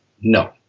no